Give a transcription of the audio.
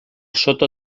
sota